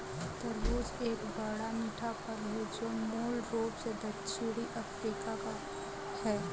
तरबूज एक बड़ा, मीठा फल है जो मूल रूप से दक्षिणी अफ्रीका का है